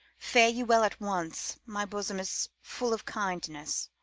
fare ye well at once my bosom is full of kindness,